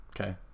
Okay